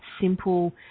simple